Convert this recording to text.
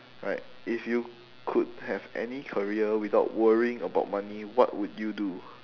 alright if you could have any career without worrying about money what would you do